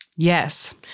Yes